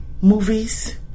movies